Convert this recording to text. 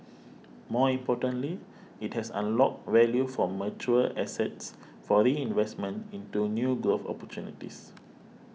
more importantly it has unlocked value from mature assets for reinvestment into new growth opportunities